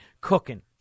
cooking